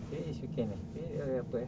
eh it's weekend eh eh hari apa eh